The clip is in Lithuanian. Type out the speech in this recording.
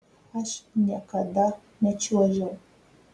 aš niekada nečiuožiau